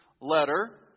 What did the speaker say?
letter